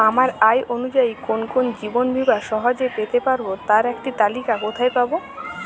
আমার আয় অনুযায়ী কোন কোন জীবন বীমা সহজে পেতে পারব তার একটি তালিকা কোথায় পাবো?